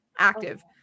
active